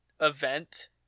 event